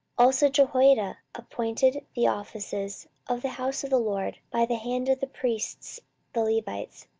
also jehoiada appointed the offices of the house of the lord by the hand of the priests the levites,